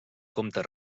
comte